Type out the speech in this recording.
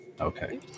Okay